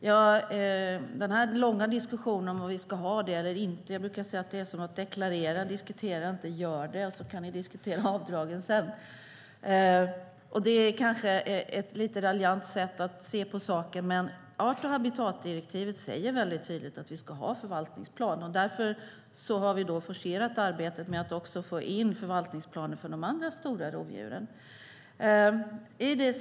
Det har varit en lång diskussion om huruvida vi ska ha en sådan eller inte. Jag brukar säga att det är som att deklarera: diskutera inte utan gör det och diskutera avdragen sedan. Det kanske är ett raljant sätt att se på saken, men art och habitatdirektivet säger tydligt att vi ska ha en förvaltningsplan. Därför har vi forcerat arbetet med att få in förvaltningsplaner för de andra stora rovdjuren.